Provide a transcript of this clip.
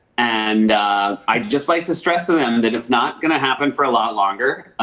and i'd just like to stress to them that it's not going to happen for a lot longer.